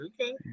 Okay